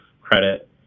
credit